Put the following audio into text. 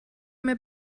mir